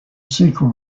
sequel